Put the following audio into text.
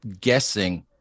guessing